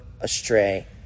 astray